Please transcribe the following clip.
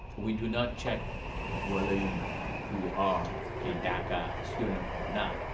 we do not check whether you you are a daca student and or not.